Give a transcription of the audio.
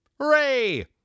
Hooray